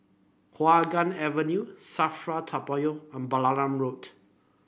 Hua Guan Avenue Safra Toa Payoh and Balam Road